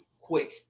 quick